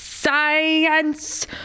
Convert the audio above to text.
science